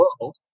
world